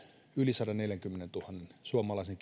yli sadanneljänkymmenentuhannen suomalaisen